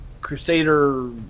Crusader